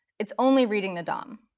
it's only reading the dom.